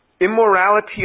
immorality